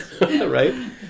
right